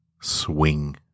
Swing